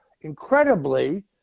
Incredibly